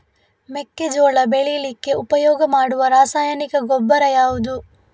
ಮೆಕ್ಕೆಜೋಳ ಬೆಳೀಲಿಕ್ಕೆ ಉಪಯೋಗ ಮಾಡುವ ರಾಸಾಯನಿಕ ಗೊಬ್ಬರ ಯಾವುದು?